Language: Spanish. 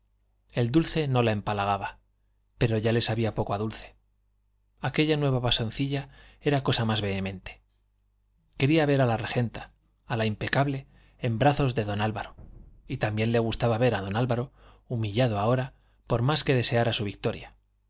el dulce no la empalagaba pero ya le sabía poco a dulce aquella nueva pasioncilla era cosa más vehemente quería ver a la regenta a la impecable en brazos de d álvaro y también le gustaba ver a d álvaro humillado ahora por más que deseara su victoria